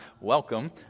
welcome